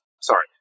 sorry